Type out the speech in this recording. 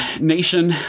Nation